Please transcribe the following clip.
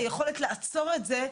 יכולנו לעצור את זה.